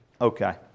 Okay